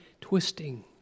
twisting